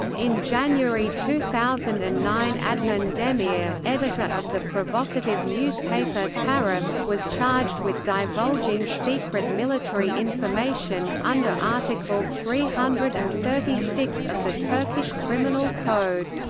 in january two thousand and nine adnan demir, editor of the provocative newspaper taraf, was charged with divulging secret military information, under article three hundred and thirty six of the turkish criminal code.